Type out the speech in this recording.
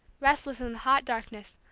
restless in the hot darkness,